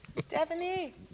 Stephanie